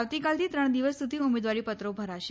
આવતીકાલથી ત્રણ દિવસ સુધી ઉમેદવારીપત્રો ભરાશે